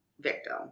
victim